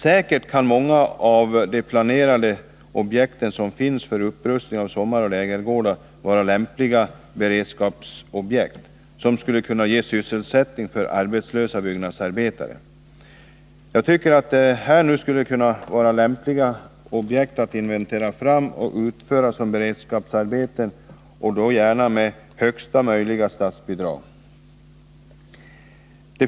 Säkert kan många av de planerade objekt för upprustning av sommaroch lägergårdar som finns vara lämpliga för beredskapsarbeten, vilka skulle kunna ge sysselsättning för arbetslösa byggnadsarbetare. För de objekt som framkommer vid en inventering och som skulle kunna vara lämpliga för beredskapsarbeten borde enligt min mening utgå högsta möjliga statsbidrag.